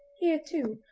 here, too,